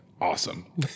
Awesome